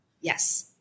Yes